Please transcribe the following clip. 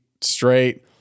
straight